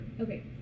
Okay